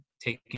taking